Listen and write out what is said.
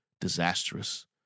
disastrous